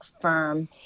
firm